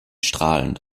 strahlend